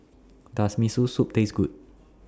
Does Miso Soup Taste Good